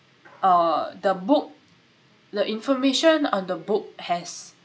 uh the book the information on the book has